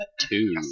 two